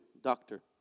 doctor